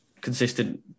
Consistent